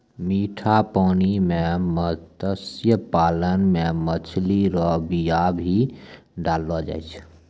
मीठा पानी मे मत्स्य पालन मे मछली रो बीया भी डाललो जाय छै